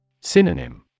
Synonym